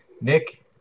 Nick